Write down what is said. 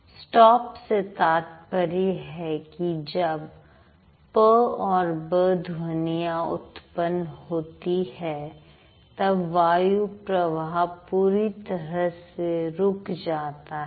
stop से तात्पर्य है कि जब प और ब ध्वनियां उत्पन्न होती है तब वायु प्रवाह पूरी तरह से रुक जाता है